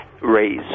raise